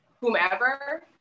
whomever